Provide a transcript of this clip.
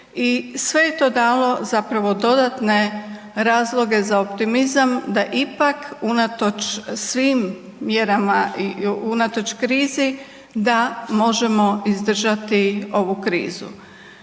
i sve je to dalo zapravo dodatne razloge za optimizam da ipak unatoč svim mjerama i unatoč krizi da možemo izdržati ovu krizu.